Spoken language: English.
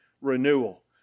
renewal